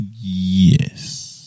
Yes